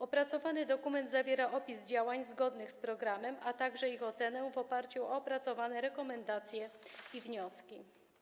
Opracowany dokument zawiera opis działań zgodnych z programem, a także ich ocenę w oparciu o opracowane rekomendacje i wnioski.